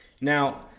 Now